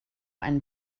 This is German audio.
einen